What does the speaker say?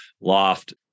loft